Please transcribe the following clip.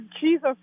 Jesus